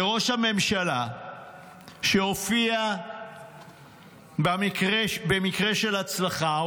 ראש הממשלה שהופיע במקרה של הצלחה,